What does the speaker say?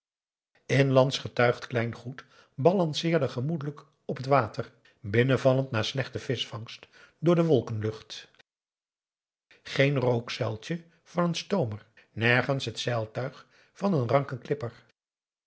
inlandsch getuigd klein goed balanceerde gemoedelijk op het water binnenvallend na slechte vischvangst door de wolkenlucht geen rookzuiltje van een stoomer nergens het zeilentuig van een ranken klipper